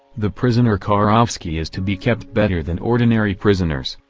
the prisoner karhovsky is to be kept better than ordinary prisoners.